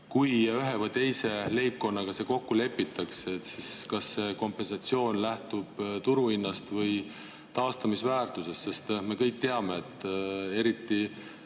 Kui ühe või teise leibkonnaga kokku lepitakse, siis kas see kompensatsioon lähtub turuhinnast või taastamisväärtusest? Me kõik teame, et eriti